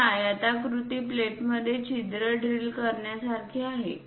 हे आयताकृती प्लेटमध्ये छिद्र ड्रिल करण्यासारखे आहे